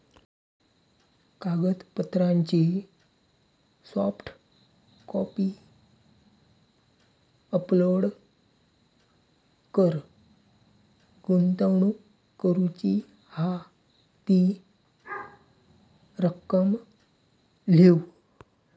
कागदपत्रांची soft copy upload कर, गुंतवणूक करूची हा ती रक्कम लिव्ह